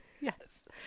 Yes